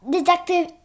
Detective